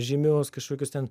žymius kažkokius ten